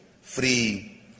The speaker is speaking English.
free